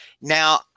Now